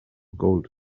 gold